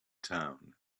town